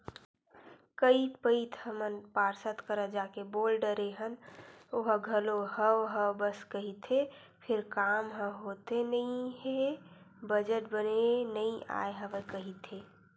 कई पइत हमन पार्षद करा जाके बोल डरे हन ओहा घलो हव हव बस कहिथे फेर काम ह होथे नइ हे बजट बने नइ आय हवय कहिथे